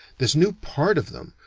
this new part of them,